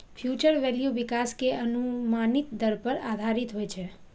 future value विकास के अनुमानित दर पर आधारित होइ छै